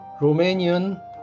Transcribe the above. Romanian